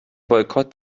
boykott